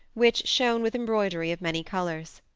which shone with embroidery of many colours.